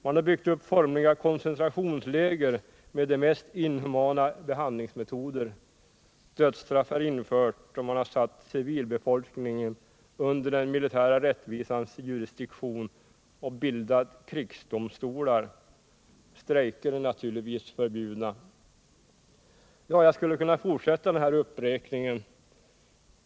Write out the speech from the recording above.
Man har byggt upp formliga koncentrationsläger med de mest inhumana behandlingsmetoder. Dödsstraff är infört och man har satt civilbefolkningen under den militära rättvisans jurisdiktion och bildat krigsdomstolar. Strejker är naturligtvis förbjudna. Jag skulle kunna fortsätta den här uppräkningen.